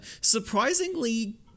surprisingly